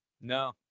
No